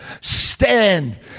stand